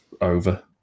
over